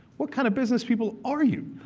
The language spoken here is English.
what kind of business people are you?